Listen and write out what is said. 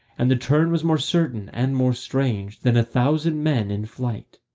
and the turn was more certain and more strange than a thousand men in flight.